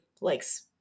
likes